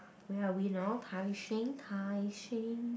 where are we now Tai-Seng Tai-Seng